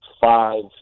five